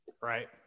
Right